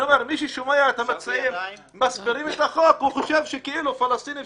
אני אומר מי ששומע את המציעים מסבירים את החוק חושב שכאילו הפלסטינים